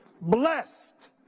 Blessed